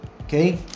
okay